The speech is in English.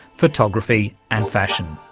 photography and fashion.